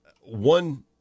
one